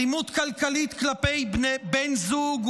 אלימות כלכלית כלפי בן זוג,